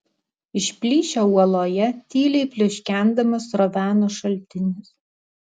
iš plyšio uoloje tyliai pliuškendamas sroveno šaltinis